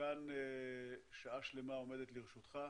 ומכאן שעה שלמה עומדת לרשותך.